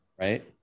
right